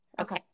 Okay